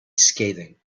scathing